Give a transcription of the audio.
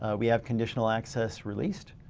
ah we have conditional access released.